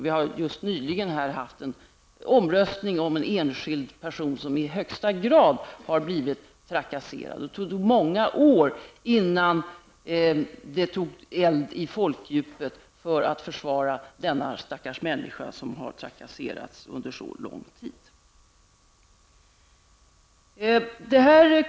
Vi har ju nyligen haft en omröstning i en fråga som gällde en enskild person som i högsta grad blivit trakasserad. Det tog ju många år innan det tog eld i folkdjupet för att försvara denna stackars människa som trakasserats under så lång tid.